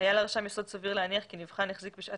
היה לרשם יסוד סביר להניח כי נבחן החזיק בשעת